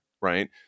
right